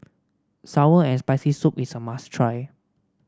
sour and Spicy Soup is a must try